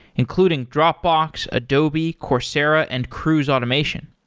including dropbox, adobe, coursera and cruise automation.